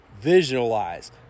Visualize